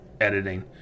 editing